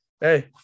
hey